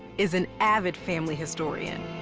is an avid family historian.